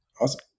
Awesome